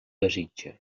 desitja